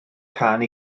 cân